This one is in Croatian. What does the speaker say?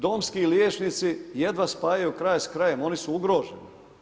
Domski liječnici jedva spajaju kraj s krajem, oni su ugroženi.